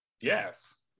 Yes